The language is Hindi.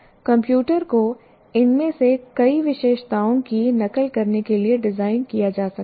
कंप्यूटर को इनमें से कई विशेषताओं की नकल करने के लिए डिज़ाइन किया जा सकता है